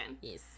Yes